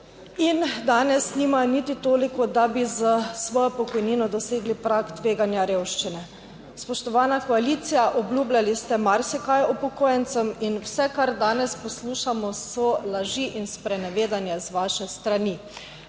in danes nimajo niti toliko, da bi s svojo pokojnino dosegli prag tveganja revščine. Spoštovana koalicija, obljubljali ste marsikaj upokojencem in vse, kar danes poslušamo, so laži in sprenevedanje z vaše strani.